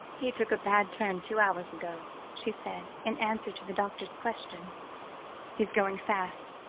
he took a bad turn two hours ago, she said, in answer to the doctor's question he's going fast,